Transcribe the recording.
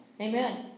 Amen